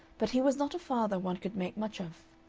but he was not a father one could make much of.